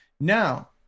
Now